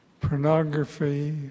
pornography